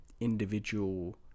individual